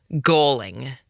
galling